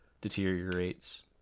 deteriorates